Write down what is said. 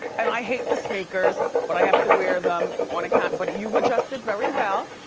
and i hate the sneakers but i have to wear them on account, but you've adjusted very well,